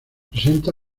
presenta